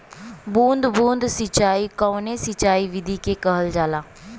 बूंद बूंद सिंचाई कवने सिंचाई विधि के कहल जाला?